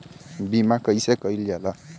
बीमा कइसे कइल जाला?